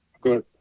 Good